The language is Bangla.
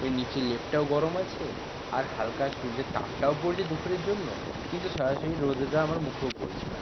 ওই নিচের লেপটাও গরম আছে আর হালকা সূর্যের তাপটাও পড়ছে দুফুরের জন্য কিন্তু সরাসরি রোদটা আমার মুখেও পড়ছে না